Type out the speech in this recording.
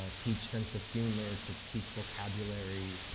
ah teach sense of humor, to teach vocabulary,